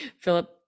Philip